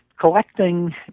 collecting